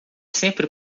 sempre